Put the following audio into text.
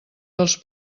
dels